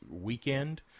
weekend